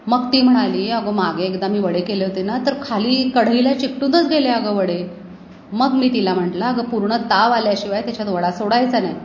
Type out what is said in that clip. मग ती म्हणाली अगं मागे एकदा मी वडे केले होते ना तर खाली कढईला चिकटूनच गेले अगं वडे मग मी तिला म्हटलं अगं पूर्ण ताव आल्याशिवाय त्याच्यात वडा सोडायचा नाही